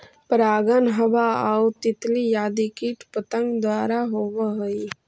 परागण हवा आउ तितली आदि कीट पतंग द्वारा होवऽ हइ